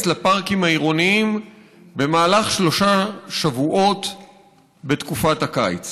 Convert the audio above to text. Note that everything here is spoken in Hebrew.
לפארקים העירוניים במהלך שלושה שבועות בתקופת הקיץ,